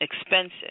expensive